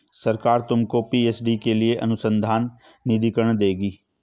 सरकार तुमको पी.एच.डी के लिए अनुसंधान निधिकरण देगी